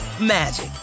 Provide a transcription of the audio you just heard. magic